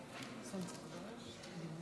אני קובע שהצעת חוק הגנת הצרכן (תיקון,